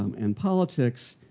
um and politics.